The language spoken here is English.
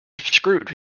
screwed